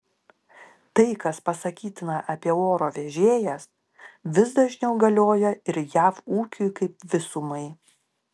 tai kas pasakytina apie oro vežėjas vis dažniau galioja ir jav ūkiui kaip visumai